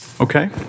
Okay